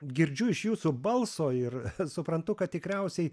girdžiu iš jūsų balso ir suprantu kad tikriausiai